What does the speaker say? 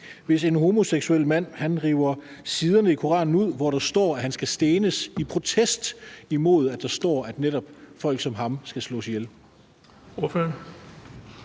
hvis en homoseksuel mand river de sider i Koranen ud, hvor der står, at han skal stenes, i protest imod, at der står, at netop folk som ham skal slås ihjel?